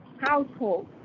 household